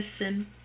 listen